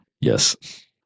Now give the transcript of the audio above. Yes